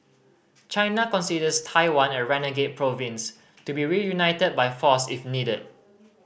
China considers Taiwan a renegade province to be reunited by force if needed